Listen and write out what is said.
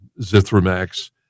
Zithromax